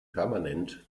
permanent